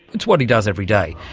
it's what he does every day.